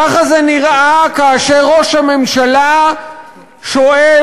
ככה זה נראה כאשר ראש הממשלה שואל: